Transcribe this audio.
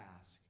ask